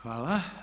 Hvala.